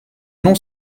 non